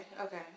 okay